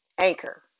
Anchor